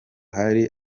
hari